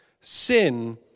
Sin